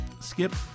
Skip